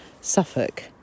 Suffolk